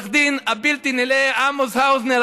העורך דין הבלתי-נלאה עמוס האוזנר,